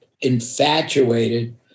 infatuated